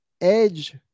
edge